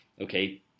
Okay